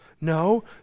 No